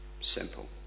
simple